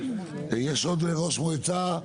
יש פה עוד ראש מועצה?